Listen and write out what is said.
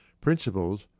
Principles